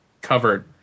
covered